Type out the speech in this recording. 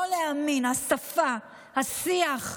לא להאמין, השפה, השיח.